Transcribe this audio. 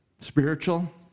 spiritual